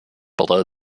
below